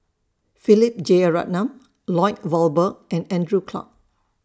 Philip Jeyaretnam Lloyd Valberg and Andrew Clarke